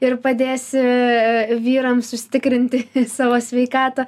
ir padėsi vyrams užsitikrinti savo sveikatą